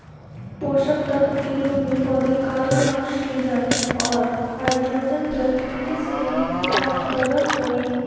पोषकतत्व के रूप में पौधे कॉर्बन, ऑक्सीजन और हाइड्रोजन प्रकृति से ही प्राप्त करअ हई